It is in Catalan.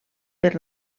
per